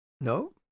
No